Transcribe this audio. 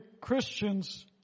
Christians